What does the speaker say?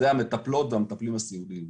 אלו המטפלות והמטפלים הסיעודיים.